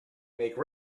make